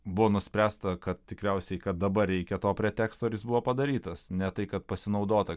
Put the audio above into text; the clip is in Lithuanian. buvo nuspręsta kad tikriausiai kad dabar reikia to preteksto ir jis buvo padarytas ne tai kad pasinaudota